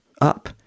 up